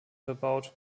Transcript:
bebaut